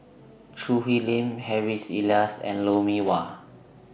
Choo Hwee Lim Harry's Elias and Lou Mee Wah